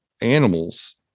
animals